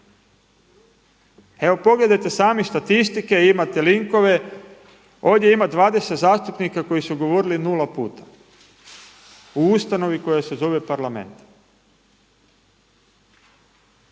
Evo pogledajte sami statistike, imate linkove ovdje ima 20 zastupnika koji su govorili nula puta u ustanovi koja se zove Parlament.